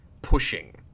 pushing